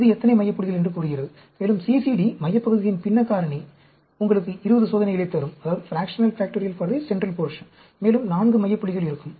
இது எத்தனை மைய புள்ளிகள் என்று கூறுகிறது மேலும் CCD மையப் பகுதியின் பின்னக் காரணி உங்களுக்கு 20 சோதனைகளைத் தரும் மேலும் 4 மைய புள்ளிகள் இருக்கும்